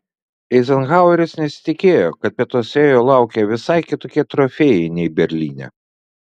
eizenhaueris nesitikėjo kad pietuose jo laukia visai kitokie trofėjai nei berlyne